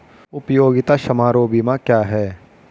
उपयोगिता समारोह बीमा क्या है?